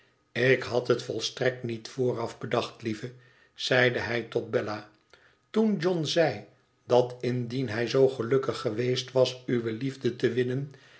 ik had het volstrekt niet vooraf bedacht lieve zeide hij tot bella ttoen john zei dat indien hij zoo gelukkig geweest was uwe liefde te winnen